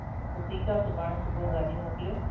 हा पोइ ठीक आहे सुभाणे सुबूह जो गाॾी मोकिलियो